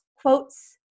Quotes